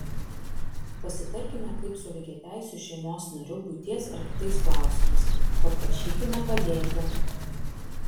pasitarkime kaip su lygiateisiu šeimos nariu buities ar kitais klausimais paprašykime padėti